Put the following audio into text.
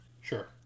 Sure